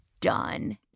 done